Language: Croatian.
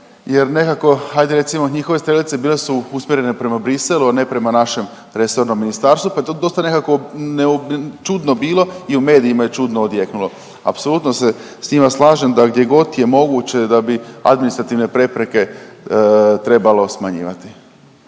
jer nekako ajde recimo njihove strelice bile su usmjerene prema Bruxellesu, a ne prema našem resornom ministarstvu pa je to dosta nekako čudno bilo i u medijima je čudno odjeknulo. Apsolutno se s njima slažem da gdje god je moguće da bi administrativne prepreke trebalo smanjivati.